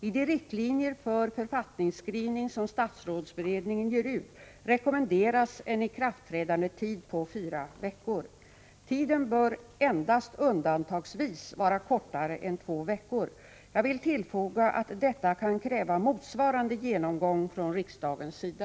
I de riktlinjer för författningsskrivning som statsrådsberedningen ger ut rekommenderas en ikraftträdandetid på fyra veckor. Tiden bör endast undantagsvis vara kortare än två veckor. Jag vill tillfoga att detta kan kräva motsvarande genomgång från riksdagens sida.